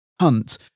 Hunt